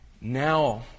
Now